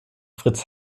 fritz